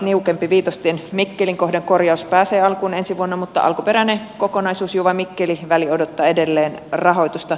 viitostien mikkelin kohdan korjaus pääsee alkuun ensi vuonna mutta alkuperäinen kokonaisuus juvamikkeli väli odottaa edelleen rahoitusta